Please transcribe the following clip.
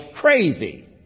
crazy